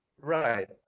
Right